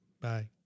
Bye